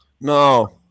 No